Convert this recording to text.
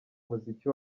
umuziki